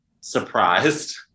surprised